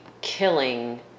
killing